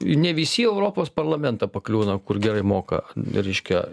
ne visi į europos parlamentą pakliūna kur gerai moka reiškia